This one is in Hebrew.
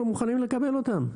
אנחנו מוכנים לקבל אותם.